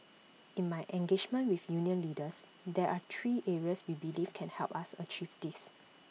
in my engagement with union leaders there are three areas we believe can help us achieve this